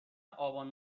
آبان